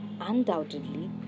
Undoubtedly